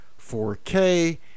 4K